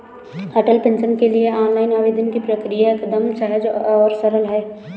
अटल pension के लिए online आवेदन की प्रक्रिया एकदम सहज और सरल है